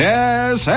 Yes